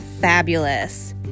fabulous